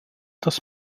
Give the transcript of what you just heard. das